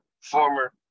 Former